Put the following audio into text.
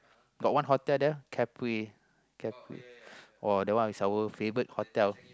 got one hotel there Capri !wah! that one is our favourite hotel